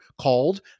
called